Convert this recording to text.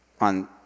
on